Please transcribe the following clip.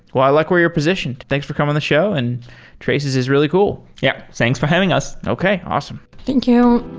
well, i like where you're positioned. thanks for coming on the show, and traces is really cool yeah, thanks for having us. okay. awesome thank you.